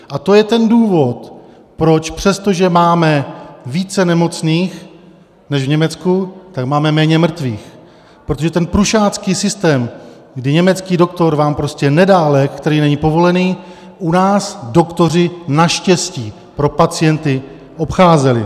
A to je ten důvod proč, přestože máme více nemocných než v Německu, máme méně mrtvých, protože ten prušácký systém, kdy německý doktor vám prostě nedá lék, který není povolený, u nás doktoři naštěstí pro pacienty obcházeli.